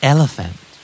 Elephant